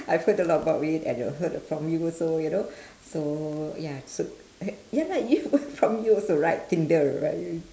I've heard a lot about it and uh heard from you also you know so ya so uh ya lah you from you also right tinder right